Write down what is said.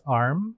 arm